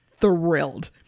thrilled